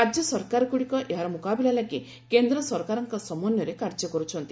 ରାଜ୍ୟ ସରକାରଗୁଡ଼ିକ ଏହାର ମୁକାବିଲା ଲାଗି କେନ୍ଦ୍ର ସରକାରଙ୍କ ସମନ୍ୱୟରେ କାର୍ଯ୍ୟ କରୁଛନ୍ତି